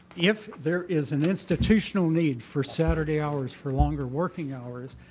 if there is an institutional need for saturday hours for longer working hours,